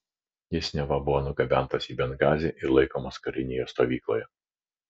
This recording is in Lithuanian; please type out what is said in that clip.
jis neva buvo nugabentas į bengazį ir laikomas karinėje stovykloje